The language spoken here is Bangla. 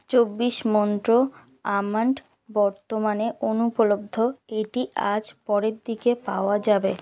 চব্বিশ মন্ত্র আমান্ড বর্তমানে অনুপলব্ধ এটি আজ পরের দিকে পাওয়া যাবে